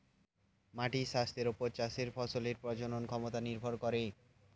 মাটির স্বাস্থ্যের ওপর চাষের ফসলের প্রজনন ক্ষমতা নির্ভর করে